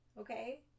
Okay